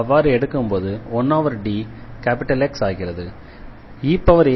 அவ்வாறு எடுக்கும்போது 1DX ஆகிறது